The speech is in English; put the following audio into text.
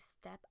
step